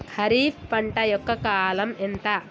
ఖరీఫ్ పంట యొక్క కాలం ఎంత?